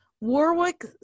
warwick